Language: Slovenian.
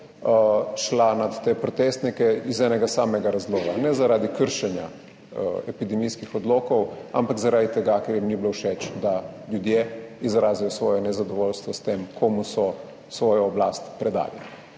šla nad te protestnike iz enega samega razloga, ne zaradi kršenja epidemijskih odlokov, ampak zaradi tega, ker jim ni bilo všeč, da ljudje izražajo svoje nezadovoljstvo s tem, komu so predali